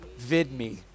vidme